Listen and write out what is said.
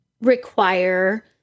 require